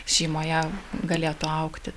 šeimoje galėtų augti